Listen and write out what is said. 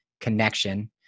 connection